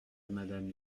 madame